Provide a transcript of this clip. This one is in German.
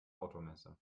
automesse